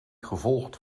gevolgd